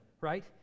right